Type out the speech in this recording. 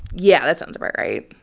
yeah, that sounds about right